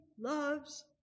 loves